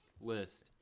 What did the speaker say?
list